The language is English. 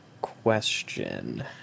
question